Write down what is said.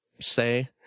say